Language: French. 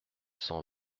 cent